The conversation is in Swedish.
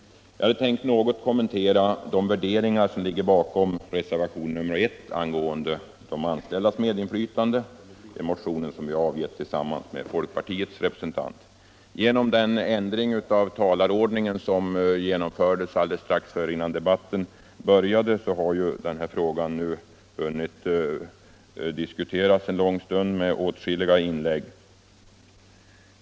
Jag hade tänkt något kommentera värderingarna bakom reservationen 1, som vi har avgivit tillsammans med folkpartiets representant. På grund av den ändring av talarordningen som genomfördes strax före debattens början har frågan om de anställdas medinflytande hunnit diskuteras en lång stund med åtskilliga inlägg.